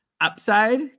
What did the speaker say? upside